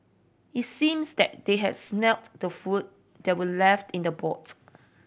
it seems that they had smelt the food that were left in the boot